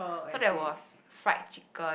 so there was fried chicken